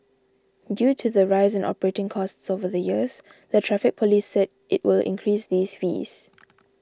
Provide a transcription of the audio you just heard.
due to the rise in operating costs over the years the Traffic Police said it will increase these fees